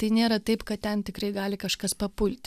tai nėra taip kad ten tikrai gali kažkas papulti